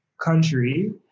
country